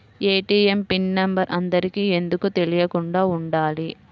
ATM pin number అందరికి ఎందుకు తెలియకుండా ఉండాలి?